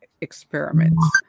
experiments